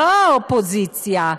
לא האופוזיציה,